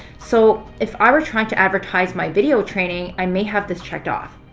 so if i were trying to advertise my video training, i may have this checked off.